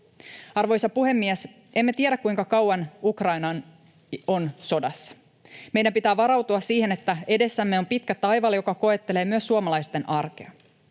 Arvoisa puhemies! Emme tiedä, kuinka kauan Ukraina on sodassa. Meidän pitää varautua siihen, että edessämme on pitkä taival, joka koettelee myös suomalaisten arkea.